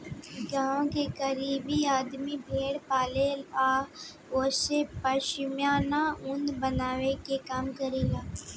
गांव के गरीब आदमी भेड़ पाले आ ओसे पश्मीना ऊन बनावे के काम करेला